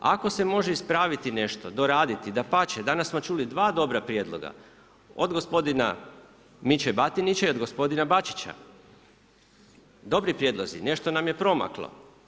Ako se može ispraviti nešto, doraditi dapače, danas smo čuli dva dobra prijedlog od gospodina Miće Batinića i od gospodina Bačića, dobri prijedlozi nešto nam je promaklo.